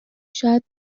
شاید